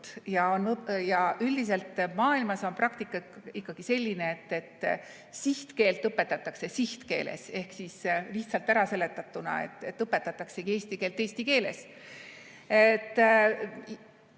Ja üldiselt maailmas on praktika ikkagi selline, et sihtkeelt õpetatakse sihtkeeles. Ehk lihtsalt äraseletatuna: õpetataksegi eesti keelt eesti keeles.